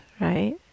right